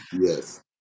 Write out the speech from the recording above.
yes